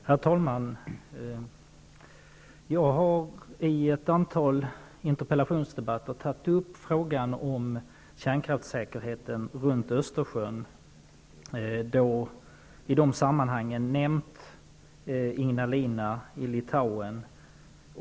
Herr talman! Jag har i ett antal interpellationsdebatter tagit upp frågan om kärnkraftssäkerheten runt Östersjön och i de sammanhangen nämnt Ignalina i Litauen.